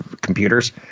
computers